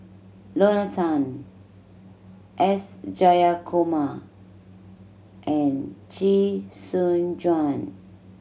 Lorna Tan S Jayakumar and Chee Soon Juan